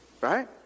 right